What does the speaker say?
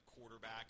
quarterback